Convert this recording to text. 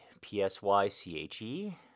P-S-Y-C-H-E